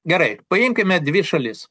gerai paimkime dvi šalis